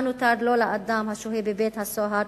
מה נותר לו לאדם השוהה בבית-הסוהר